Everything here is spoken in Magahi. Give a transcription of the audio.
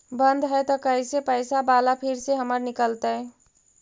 बन्द हैं त कैसे पैसा बाला फिर से हमर निकलतय?